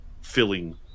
filling